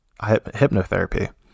hypnotherapy